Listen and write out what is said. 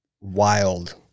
wild